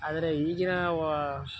ಆದರೆ ಈಗಿನ ವಾ